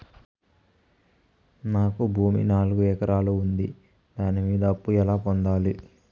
నాకు భూమి నాలుగు ఎకరాలు ఉంది దాని మీద అప్పు ఎలా పొందాలి?